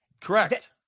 Correct